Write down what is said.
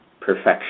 perfection